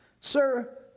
Sir